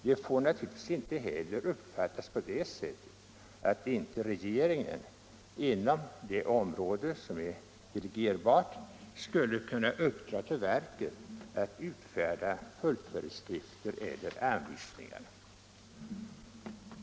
Det får naturligtvis inte heller uppfattas på det sättet att inte regeringen inom det delegerbara området skulle kunna uppdra till verket att utfärda följdföreskrifter eller anvisningar.